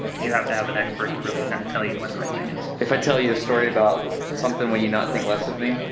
you have to have an expert to really kind of tell you what the right thing is. if i tell you a story about something, will you not think less of me?